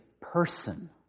person